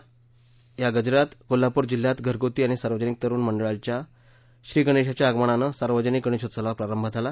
च्या गजरात कोल्हापूर जिल्ह्यात घऱगुती आणि सार्वजनिक तरुण मंडळांच्या श्री गणेशाच्या आगमनानं सार्वजनिक गणशोत्सवाला प्रारंभ झाला